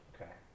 Okay